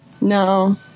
No